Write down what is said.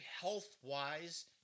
health-wise